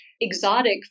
exotic